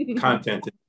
content